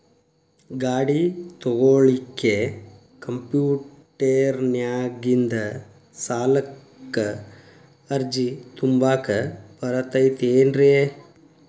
ಗಾಡಿ ತೊಗೋಳಿಕ್ಕೆ ಕಂಪ್ಯೂಟೆರ್ನ್ಯಾಗಿಂದ ಸಾಲಕ್ಕ್ ಅರ್ಜಿ ತುಂಬಾಕ ಬರತೈತೇನ್ರೇ?